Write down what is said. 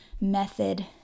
method